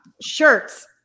shirts